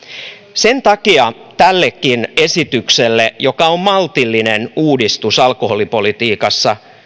sen takia tällekin esitykselle joka on maltillinen uudistus alkoholipolitiikassa